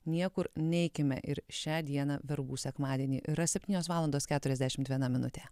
niekur neikime ir šią dieną verbų sekmadienį yra septynios valandos keturiasdešimt viena minutė